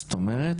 זאת אומרת,